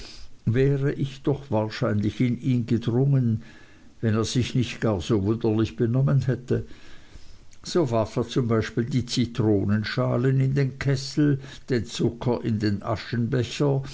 wäre ich doch wahrscheinlich in ihn gedrungen wenn er sich nicht gar so wunderlich benommen hätte so warf er z b die zitronenschalen in den kessel den zucker in den